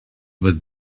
was